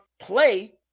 play